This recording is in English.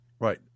Right